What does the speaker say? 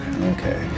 Okay